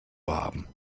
haben